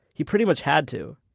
he pretty much had to.